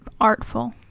Artful